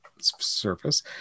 surface